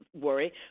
worry